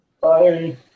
Bye